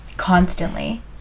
constantly